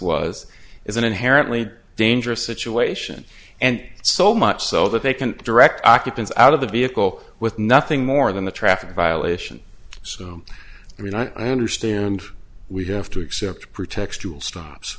was is an inherently dangerous situation and so much so that they can direct occupants out of the vehicle with nothing more than a traffic violation so i mean i understand we have to accept pretextual stops